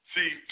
See